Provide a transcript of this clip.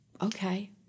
okay